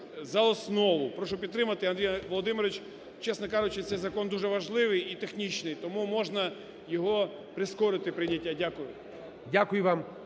за основу. Прошу підтримати, Андрій Володимирович. Чесно кажучи, цей закон дуже важливий і технічний, тому можна його прискорити прийняття. Дякую.